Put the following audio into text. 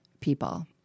people